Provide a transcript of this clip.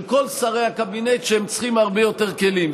של כל שרי הקבינט, שהם צריכים הרבה יותר כלים.